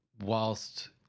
Whilst